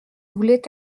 voulait